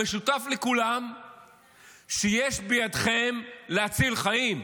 המשותף לכולם הוא שיש בידכם להציל חיים,